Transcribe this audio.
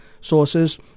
sources